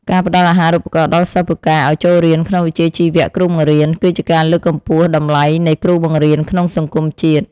ការផ្តល់អាហារូបករណ៍ដល់សិស្សពូកែឱ្យចូលរៀនក្នុងវិជ្ជាជីវៈគ្រូបង្រៀនគឺជាការលើកកម្ពស់តម្លៃនៃគ្រូបង្រៀនក្នុងសង្គមជាតិ។